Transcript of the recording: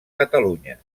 catalunya